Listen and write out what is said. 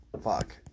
fuck